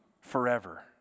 forever